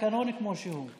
התקנון כמו שהוא.